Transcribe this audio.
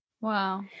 Wow